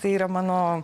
tai yra mano